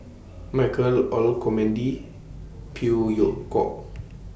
Michael Olcomendy Phey Yew Kok